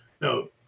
no